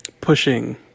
pushing